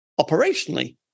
Operationally